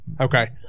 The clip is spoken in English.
okay